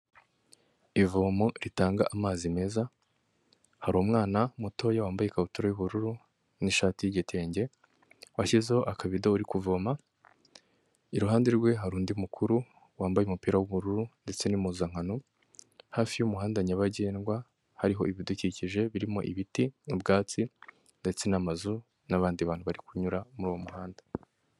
Ivomo ritanga amazi meza, hari umwana mutoya wambaye ikabutura y'ubururu n'ishati y'igitenge, washyizeho akavido uri kuvoma, iruhande rwe hari undi mukuru wambaye umupira w'ubururu ndetse n'impuzankano, hafi y'umuhanda nyabagendwa hariho ibidukikije birimo ibiti n'ubwatsi ndetse n'amazu n'abandi bantu bari kunyura muri uwo muhanda.